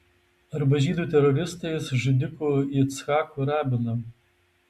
arba žydų teroristais žudiku yitzhaku rabinu